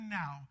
now